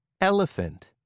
Elephant